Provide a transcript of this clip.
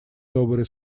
добрые